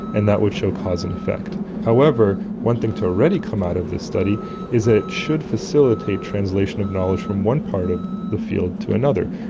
and that would show cause and effect. however, one thing to already come out of this study is that it should facilitate translation of knowledge from one part of the field to another.